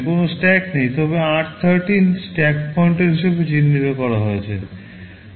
কোনও স্ট্যাক নেই তবে r13 স্ট্যাক পয়েন্টার হিসাবে চিহ্নিত করা হয়েছে